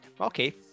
okay